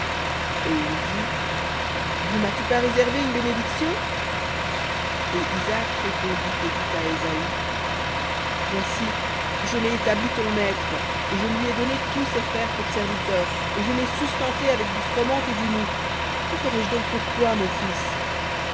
et il dit ne m'as-tu pas réservé une bénédiction et isaac répondit et dit à ésaü voici je l'ai établi ton maître et je lui ai donné tous ses frères pour serviteurs et je l'ai sustenté avec du froment et du moût que ferai-je donc pour toi mon fils